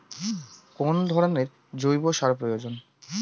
কোন ধরণের জৈব সার প্রয়োজন?